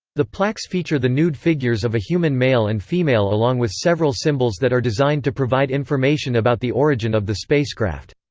the plaques feature the nude figures of a human male and female along with several symbols that are designed to provide information about the origin of the spacecraft.